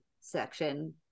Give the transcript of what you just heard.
section